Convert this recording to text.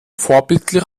vorbildlich